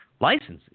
licenses